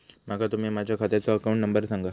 माका तुम्ही माझ्या खात्याचो अकाउंट नंबर सांगा?